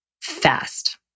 fast